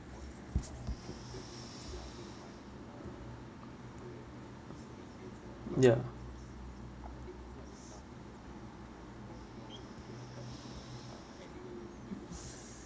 ya